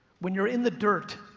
when you're in the dirt,